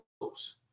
close